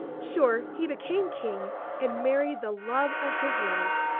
sure, he became king and married the love of his life,